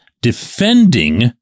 defending